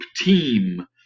team